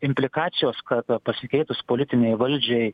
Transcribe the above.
implikacijos kad pasikeitus politinei valdžiai